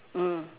mm